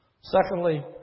Secondly